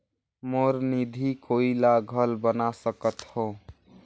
मोर निधि कोई ला घल बना सकत हो?